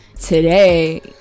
today